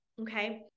okay